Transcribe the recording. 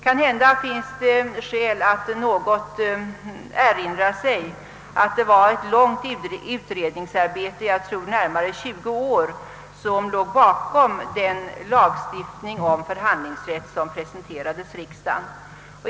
Kanhända finns det skäl att erinra sig att det var ett långt utredningsarbete — jag tror närmare 20 år — som låg bakom den lagstiftning om förhandlingsrätt som presenterades riksdagen.